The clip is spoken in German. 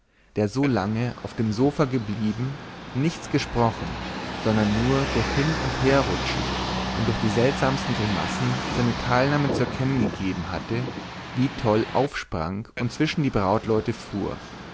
der so lange auf dem sofa geblieben nichts gesprochen sondern nur durch hin und herrutschen und durch die seltsamsten grimassen seine teilnahme zu erkennen gegeben hatte wie toll aufsprang und zwischen die brautleute fuhr